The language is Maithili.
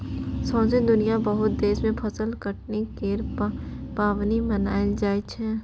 सौसें दुनियाँक बहुत देश मे फसल कटनी केर पाबनि मनाएल जाइ छै